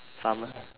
pharma